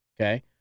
okay